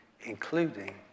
including